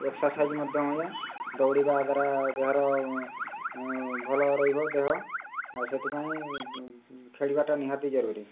exercise ମଧ୍ୟ ହୁଏ ଦୌଡ଼ିବା ଦ୍ୱାରା ଦେହର ଭଲ ରହିବ ଦେହ ଆଉ ସେଥିପାଇଁ ଖେଳିବାଟା ନିହାତି ଜରୁରୀ